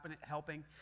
helping